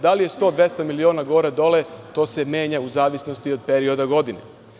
Da li je 100, 200 miliona gore dole, to se menja u zavisnosti od perioda godine.